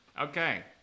Okay